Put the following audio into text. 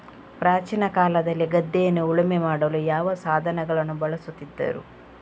ಪ್ರಾಚೀನ ಕಾಲದಲ್ಲಿ ಗದ್ದೆಯನ್ನು ಉಳುಮೆ ಮಾಡಲು ಯಾವ ಸಾಧನಗಳನ್ನು ಬಳಸುತ್ತಿದ್ದರು?